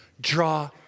draw